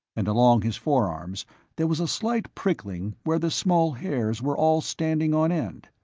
and along his forearms there was a slight prickling where the small hairs were all standing on end.